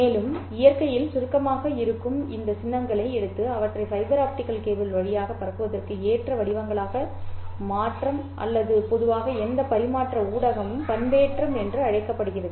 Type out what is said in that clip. மேலும் இயற்கையில் சுருக்கமாக இருக்கும் இந்த சின்னங்களை எடுத்து அவற்றை ஃபைபர் ஆப்டிகல் கேபிள் வழியாக பரப்புவதற்கு ஏற்ற வடிவங்களாக மாற்றும் அல்லது பொதுவாக எந்த பரிமாற்ற ஊடகமும் பண்பேற்றம் என்று அழைக்கப்படுகிறது